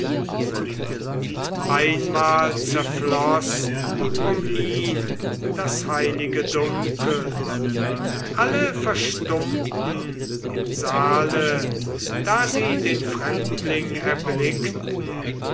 und mit einmal zerfloß um ihn das heilige dunkel alle verstummten im saale da sie den fremdling erblickten